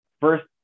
first